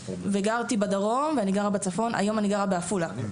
גרתי בדרום, היום אני גרה בעפולה.